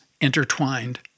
intertwined